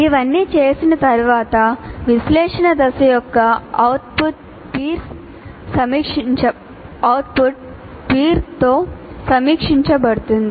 ఇవన్నీ చేసిన తరువాత విశ్లేషణ దశ యొక్క అవుట్పుట్ పీర్ సమీక్షించబడుతుంది